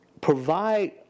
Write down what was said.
provide